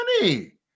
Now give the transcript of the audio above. money